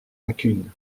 lacunes